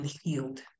healed